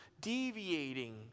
deviating